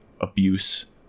abuse